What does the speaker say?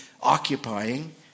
occupying